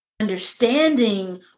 understanding